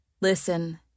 Listen